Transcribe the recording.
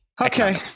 Okay